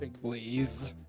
please